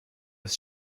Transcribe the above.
was